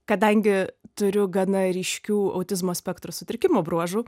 kadangi turiu gana ryškių autizmo spektro sutrikimo bruožų